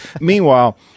meanwhile